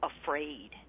afraid